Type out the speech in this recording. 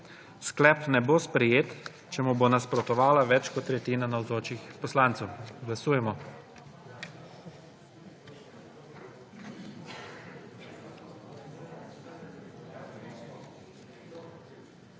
Sklep ne bo sprejet, če mu bo nasprotovala več kot tretjina navzočih poslancev. Glasujemo. Navzočih